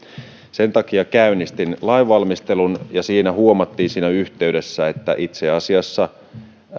sen takia käynnistin lainvalmistelun ja siinä yhteydessä huomattiin että itse asiassa